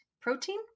protein